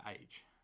age